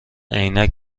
عینک